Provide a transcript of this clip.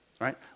right